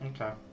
Okay